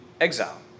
exile